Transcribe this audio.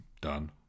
done